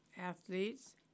athletes